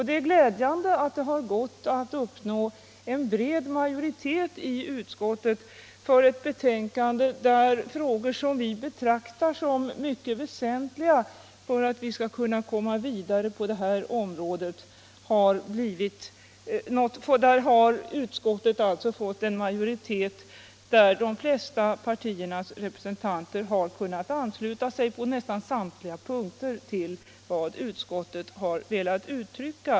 Det är glädjande att det har gått att uppnå en bred majoritet i utskottet för ett betänkande där förslag, som vi betraktar som mycket väsentliga när det gäller att komma vidare på området, vunnit anslutning från de flesta partiernas representanter på nästan samtliga punkter.